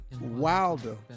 Wilder